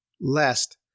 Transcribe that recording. lest